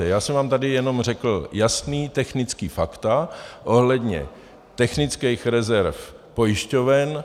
Já jsem vám tady jenom řekl jasná technická fakta ohledně technických rezerv pojišťoven.